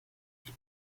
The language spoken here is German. die